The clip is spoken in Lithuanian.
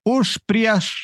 už prieš